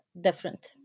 different